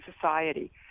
society